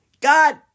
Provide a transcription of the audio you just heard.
God